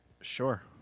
Sure